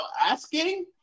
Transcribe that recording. asking